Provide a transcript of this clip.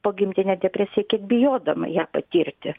pogimdinę depresiją kiek bijodama ją patirti